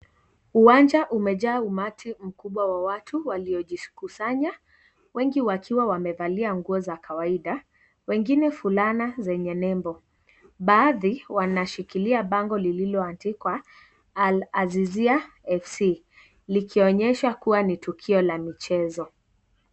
Uwanja umejaa umati mkubwa wa watu waliojikusanya, wengi wakiwa wamevalia nguo za kawaida, wengine fulana zenye nembo. Baadhi wanashikilia bango lililoandikwa 'AL-AZIZIA FC' likionyeshwa kuwa ni tukio la michezo.